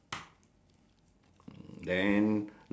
ah the stone on top is a bird